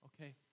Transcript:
Okay